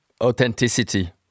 Authenticity